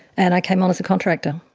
and i came on as a contractor.